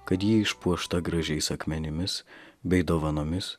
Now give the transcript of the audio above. kad ji išpuošta gražiais akmenimis bei dovanomis